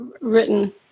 written